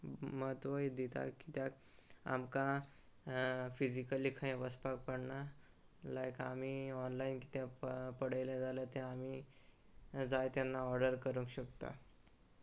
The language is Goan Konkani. म्हत्व दिता कित्याक आमकां फिजिकली खंय वचपाक पडना लायक आमी ऑनलायन कितें पडयलें जाल्यार तें आमी जाय तेन्ना ऑर्डर करूंक शकता